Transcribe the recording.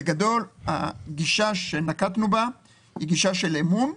בגדול הגישה שנקטנו בה היא גישה של אמון.